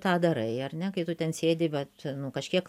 tą darai ar ne kai tu ten sėdi vat nu kažkiek